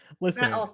Listen